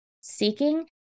seeking